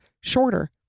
shorter